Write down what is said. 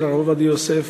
של הרב עובדיה יוסף,